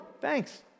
Thanks